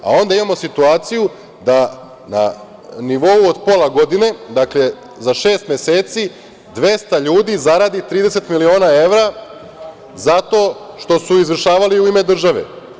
A, onda imamo situaciju da na nivou od pola godine, dakle, za šest meseci 200 ljudi zaradi 30 miliona evra zato što su izvršavali u ime države.